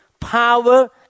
power